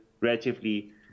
relatively